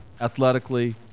athletically